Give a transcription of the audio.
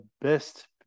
best